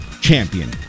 Champion